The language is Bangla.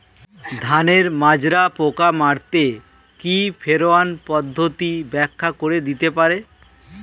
ধানের মাজরা পোকা মারতে কি ফেরোয়ান পদ্ধতি ব্যাখ্যা করে দিতে পারে?